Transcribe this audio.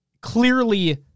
clearly